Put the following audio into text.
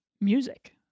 music